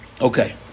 Okay